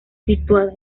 situada